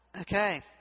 Okay